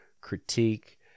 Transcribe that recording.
critique